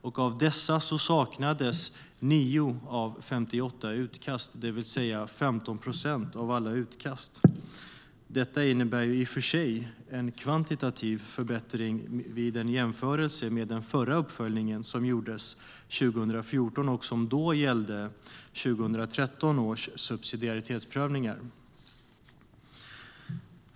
Bland dessa saknades 9 av 58 utkast, det vill säga 15 procent av alla utkast. Detta innebär i och för sig en kvantitativ förbättring jämfört med den förra uppföljningen, som gjordes 2014 och gällde 2013 års subsidiaritetsprövningar.